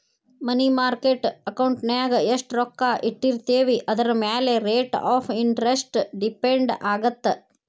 ಮನಿ market ಅಕೌಂಟಿನ್ಯಾಗ ಎಷ್ಟ್ ರೊಕ್ಕ ಇಟ್ಟಿರ್ತೇವಿ ಅದರಮ್ಯಾಲೆ ರೇಟ್ ಆಫ್ ಇಂಟರೆಸ್ಟ್ ಡಿಪೆಂಡ್ ಆಗತ್ತ